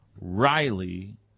Riley